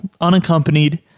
unaccompanied